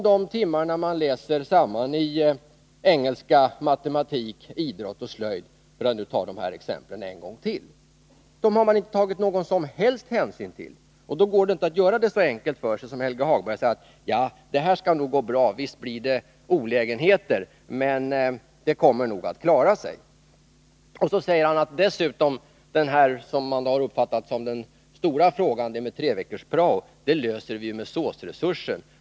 Det gäller engelska, matematik, idrott och slöjd, för att nu ta dessa exempel en gång till. Dessa timmar har man inte tagit någon som helst hänsyn till. Då går det inte att göra det så enkelt för sig som Helge Hagberg gör, när han säger: Det här skall nog gå bra. Visst blir det olägenheter, men dem kommer man nog att klara av. Det som har uppfattats som den stora frågan — treveckors-praon — skall man enligt Helge Hagberg lösa med SÅS-resurser.